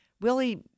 Willie